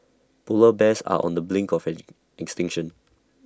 Polar Bears are on the brink of extinction